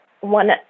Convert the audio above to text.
one